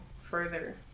further